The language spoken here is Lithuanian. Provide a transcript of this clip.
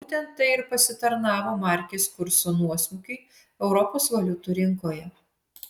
būtent tai ir pasitarnavo markės kurso nuosmukiui europos valiutų rinkoje